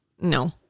no